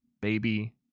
baby